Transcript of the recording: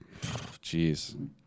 Jeez